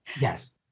Yes